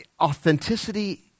authenticity